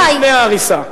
זאת אומרת, לפני ההריסה.